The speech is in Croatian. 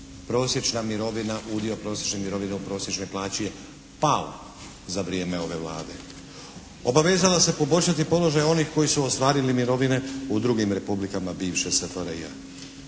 Prosječna mirovina, udio prosječne mirovine u prosječnoj plaći je pao za vrijeme ove Vlade. Obavezala se poboljšati položaj onih koji su ostvarili mirovine u drugim republikama bivše SFRJ.